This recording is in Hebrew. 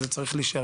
וזה צריך להישאר.